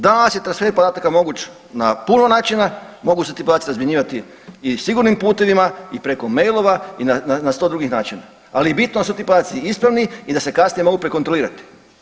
Danas je … [[Govornik se ne razumije]] moguć na puno načina, mogu se ti podaci razmjenjivati i sigurnim putevima i preko mailova i na 100 drugih načina, ali bitno da su ti podaci ispravni i da se kasnije mogu prekontrolirati.